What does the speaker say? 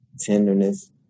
tenderness